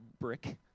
brick